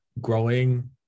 growing